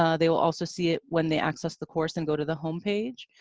um they will also see it when they access the course and go to the home page.